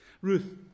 Ruth